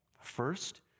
First